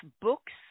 books